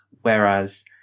Whereas